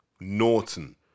Norton